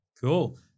Cool